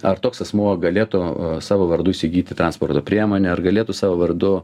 ar toks asmuo galėtų savo vardu įsigyti transporto priemonę ar galėtų savo vardu